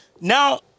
Now